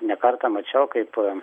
ne kartą mačiau kaip